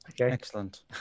Excellent